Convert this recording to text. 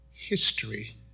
history